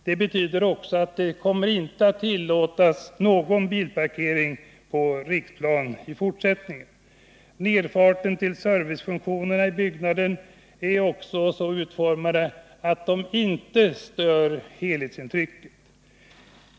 Av det skälet kommer det inte att tillåtas någon bilparkering på Riksplan. Nerfarten till servicefunktionerna i byggnaden är också så utformad att den inte stör helhetsintrycket.